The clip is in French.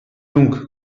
donc